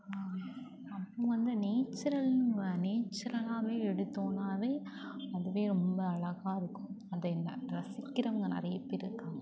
அப்புறம் வந்து நேச்சுரல் வ நேச்சுரலாகவே எடுத்தோன்னாவே அதுவே ரொம்ப அழகா இருக்கும் அந்த என்ன ரசிக்கிறவங்க நிறைய பேர் இருக்காங்க